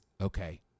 okay